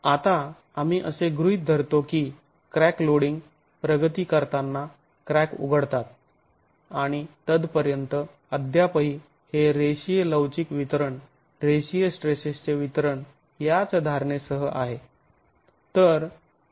आता आम्ही असे गृहीत धरतो की क्रॅक लोडिंग प्रगती करताना क्रॅक उघडतात आणि तद्पर्यंत अद्यापही हे रेषीय लवचिक वितरण रेषीय स्ट्रेसेसचे वितरण याच धारणे सह आहे